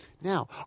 now